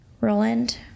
Roland